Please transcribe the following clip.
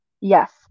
Yes